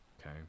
okay